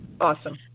Awesome